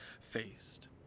faced